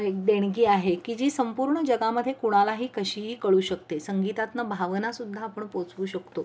एक देणगी आहे की जी संपूर्ण जगामध्ये कुणालाही कशीही कळू शकते संगीतातून भावना सुद्धा आपण पोचवू शकतो